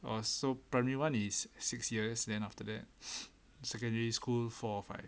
oh so primary one is six years then after that the secondary school for five